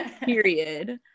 period